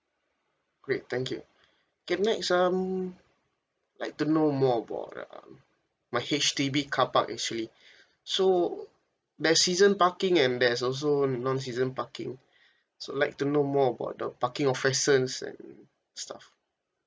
great thank you K next I'm like to know more about uh my H_D_B carpark actually so there's season parking and there's also non season parking so like to know more about the parking offences and stuff